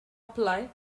apply